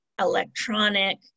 electronic